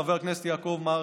חבר הכנסת יעקב מרגי,